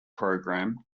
program